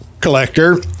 collector